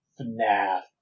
FNAF